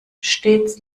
stets